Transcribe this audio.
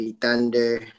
Thunder